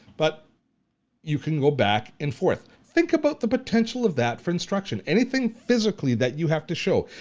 but you can go back and forth. think about the potential of that for instruction. anything physically that you have to show,